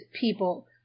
people